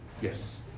Yes